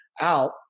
out